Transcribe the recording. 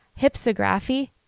hypsography